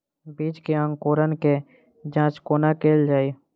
बीज केँ अंकुरण केँ जाँच कोना केल जाइ?